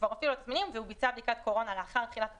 והוא ביצע בדיקת קורונה לאחר תחילת התסמינים,